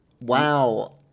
Wow